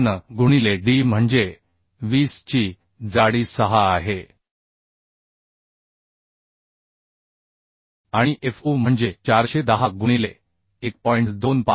53 गुणिले d म्हणजे 20ची जाडी 6 आहे आणि fu म्हणजे 410 गुणिले 1